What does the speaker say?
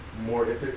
more